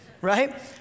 Right